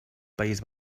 país